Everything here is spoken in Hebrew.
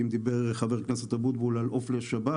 אם דיבר חבר הכנסת אבוטבול על עוף לשבת,